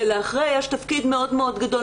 לאחרי יש תפקיד מאוד גדול.